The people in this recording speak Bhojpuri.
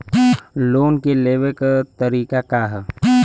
लोन के लेवे क तरीका का ह?